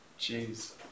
Jeez